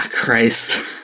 Christ